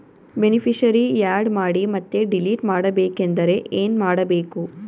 Beneficiary, add ಮಾಡಿ ಮತ್ತೆ delete ಮಾಡಬೇಕೆಂದರೆ ಏನ್ ಮಾಡಬೇಕು?